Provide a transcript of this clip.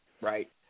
right